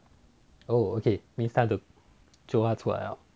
oh okay means time to jio 他出来了